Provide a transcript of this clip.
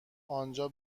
آنجا